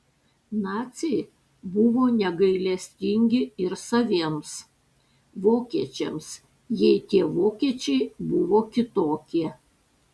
naciai buvo negailestingi ir saviems vokiečiams jei tie vokiečiai buvo kitokie